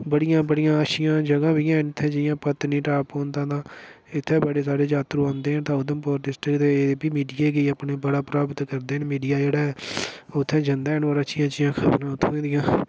बाड़ियां बाड़ियां अच्छिया जगह बी हैन इत्थैं जियां पत्नीटाप पौंदा तां इत्थै बड़े सारे जात्तरू औंदे न तां उधमपुर डिस्ट्रीक्ट दी एह् बी मीडिया गी अपने बड़ा प्राप्त मीडिया जेह्ड़ा ऐ उत्थै जन्दा ऐ न होर बाड़ियां अच्छियां अच्छियां खबरां उत्थें दियां